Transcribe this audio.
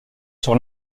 sur